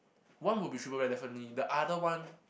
one will be triple rare definitely but other one